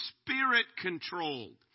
spirit-controlled